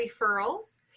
Referrals